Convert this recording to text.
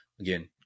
Again